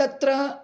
तत्र